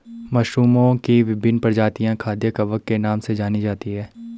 मशरूमओं की विभिन्न प्रजातियां खाद्य कवक के नाम से जानी जाती हैं